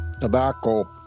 Tobacco